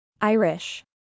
Irish